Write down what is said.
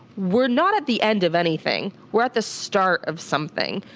we're not at the end of anything. we're at the start of something,